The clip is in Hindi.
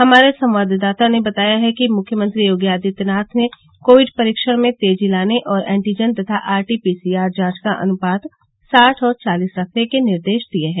हमारे संवाददाता ने बताया है कि मुख्यमंत्री योगी आदित्य नाथ ने कोविड परीक्षण में तेजी लाने और एटीजन तथा आरटी पीसीआर जांच का अनुपात साठ और चालीस रखने के निर्देश दिए हैं